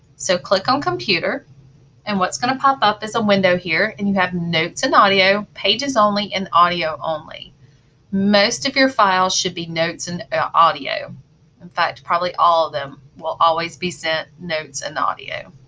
so click on computer and what's going to pop up is a window here and you have notes and audio pages only in audio only most of your files should be notes and audio in fact probably all of them will always be sent notes and audio.